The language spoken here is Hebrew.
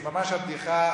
זה ממש הבדיחה,